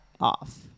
off